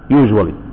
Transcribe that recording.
usually